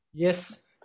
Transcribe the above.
Yes